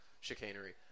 chicanery